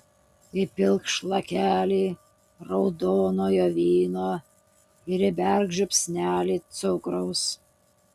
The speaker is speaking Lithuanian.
įpilk šlakelį raudonojo vyno ir įberk žiupsnelį cukraus